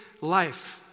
life